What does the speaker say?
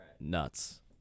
Nuts